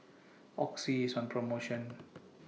Oxy IS on promotion